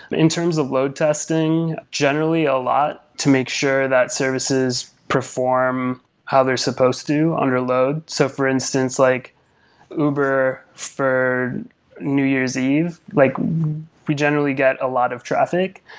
in terms of load testing, generally, a lot to make sure that services perform how they're supposed under load. so for instance, like uber for new year's eve, like we generally get a lot of traffic.